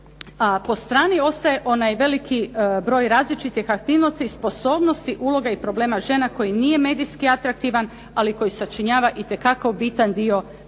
po strani ostaje onaj veliki broj različitih aktivnosti i sposobnosti uloga i problema žena koji nije medijski atraktivan, ali koji sačinjava itekako bitan dio njihovog